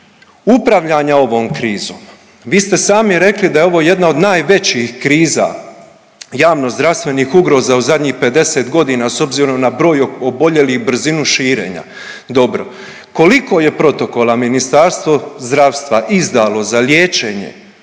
upravljanja ovom krizom. Vi ste sami rekli da je ovo jedna od najvećih kriza javnozdravstvenih ugroza u zadnjih 50 godina s obzirom na broj oboljelih i brzinu širenja. Dobro. Koliko je protokola Ministarstvo zdravstva izdalo za liječenje